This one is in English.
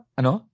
ano